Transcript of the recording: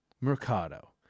Mercado